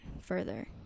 further